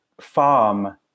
farm